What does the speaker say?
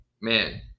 Man